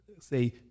say